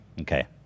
Okay